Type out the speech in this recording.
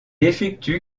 effectue